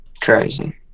Crazy